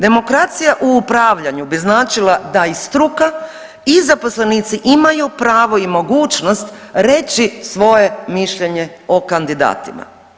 Demokracija u upravljanju bi značila da i struka i zaposlenici imaju pravo i mogućnost reći svoje mišljenje o kandidatima.